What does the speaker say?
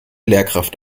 lehrkraft